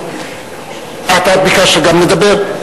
ביקשת גם לדבר?